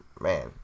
man